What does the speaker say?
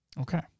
Okay